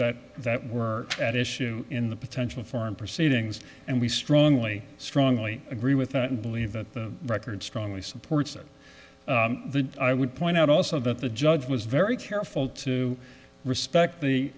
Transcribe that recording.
that that were at issue in the potential foreign proceedings and we strongly strongly agree with that and believe that the record strongly supports or i would point out also that the judge was very careful to respect the